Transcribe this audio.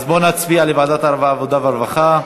אז בוא נצביע לוועדת העבודה והרווחה.